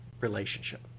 relationship